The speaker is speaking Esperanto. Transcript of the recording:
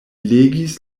legis